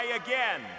again